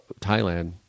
Thailand